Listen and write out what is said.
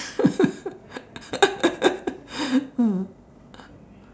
mm